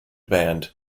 band